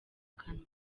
kanwa